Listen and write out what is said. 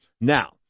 Now